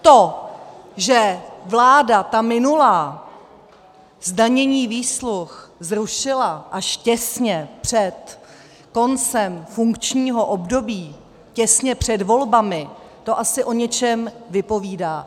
To, že vláda, ta minulá, zdanění výsluh zrušila až těsně před koncem funkčního období, těsně před volbami, to asi o něčem vypovídá.